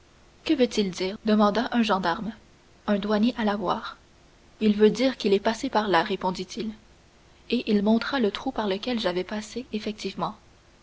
que veut-il dire demanda un gendarme un douanier alla voir il veut dire qu'il est passé par là répondit-il et il montra le trou par lequel j'avais passé effectivement